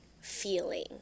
feeling